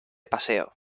paseo